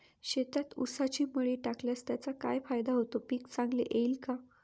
शेतात ऊसाची मळी टाकल्यास त्याचा काय फायदा होतो, पीक चांगले येईल का?